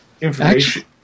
information